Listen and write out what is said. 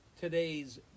today's